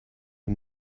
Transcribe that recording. who